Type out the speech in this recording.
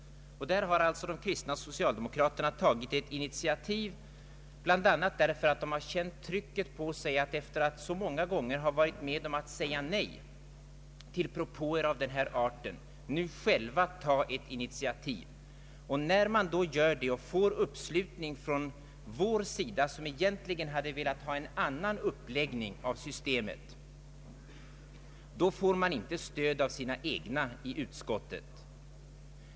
Där har alltså de kristna socialdemokraterna väckt en motion, säkert bl.a. därför att de känt trycket på sig att nu själva ta ett initiativ efter att så många gånger ha varit med om att säga nej till propåer av denna art. När man då tar ett initiativ och får uppslutning från oss som egentligen velat ha en annan uppläggning av systemet, då får man inte stöd av sina egna i utskottet.